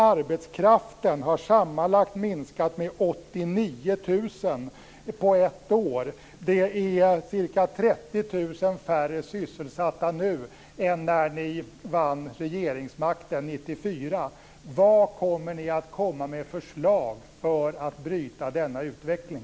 Arbetskraften har sammanlagt minskat med 89 000 på ett år. Det är ca 30 000 färre sysselsatta nu än när ni vann regeringsmakten 1994. Vad kommer ni att komma med för förslag för att bryta denna utveckling?